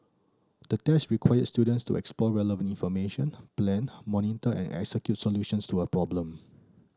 the test required students to explore relevant information plan monitor and execute solutions to a problem